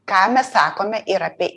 ką mes sakome ir apie